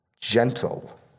gentle